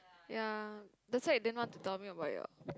ya the fact that you didn't want to tell me about your